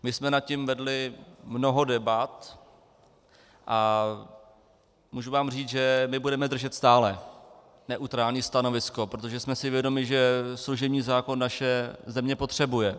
My jsme nad tím vedli mnoho debat a můžu vám říct, že budeme držet stále neutrální stanovisko, protože jsme si vědomi, že služební zákon naše země potřebuje.